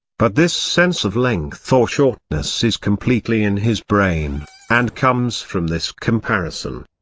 but this sense of length or shortness is completely in his brain, and comes from this comparison.